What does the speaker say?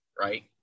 right